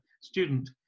student